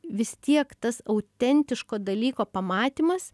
vis tiek tas autentiško dalyko pamatymas